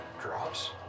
Drops